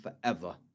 forever